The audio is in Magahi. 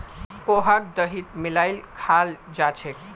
पोहाक दहीत मिलइ खाल जा छेक